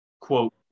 quote